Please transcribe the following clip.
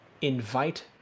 invite